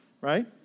right